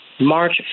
March